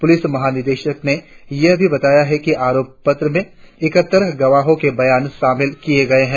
police महानिदेशक ने यह भी बताया कि आरोप पत्र में इकहत्तर गवाहों के बयान शामिल किए गए है